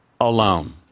alone